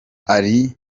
ari